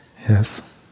Yes